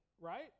right